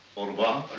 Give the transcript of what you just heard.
au revoir.